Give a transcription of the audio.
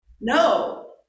No